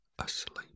asleep